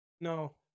no